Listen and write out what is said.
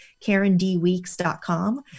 karendweeks.com